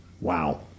Wow